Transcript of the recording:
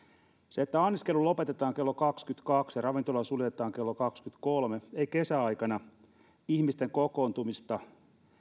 se että anniskelu lopetetaan klo kaksikymmentäkaksi ja ravintola suljetaan klo kaksikymmentäkolme ei kesäaikana ihmisten kokoontumista